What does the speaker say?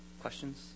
questions